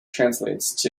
translates